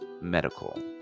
medical